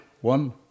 One